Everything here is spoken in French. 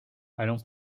allant